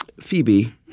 Phoebe